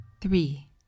Three